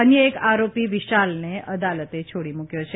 અન્ય એક આરોપી વિશાલને અદાલતે છોડી મૂક્યો છે